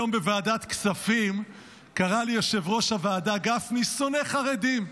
היום בוועדת כספים קרא לי יושב-ראש הוועדה גפני "שונא חרדים",